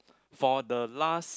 for the last